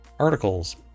articles